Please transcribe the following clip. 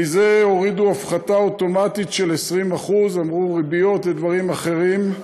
מזה הורידו בהפחתה אוטומטית 20% אמרו: ריביות ודברים אחרים,